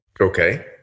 Okay